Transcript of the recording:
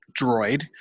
droid